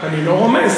אני לא רומז.